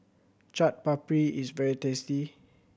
Chaat Papri is very tasty